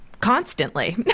constantly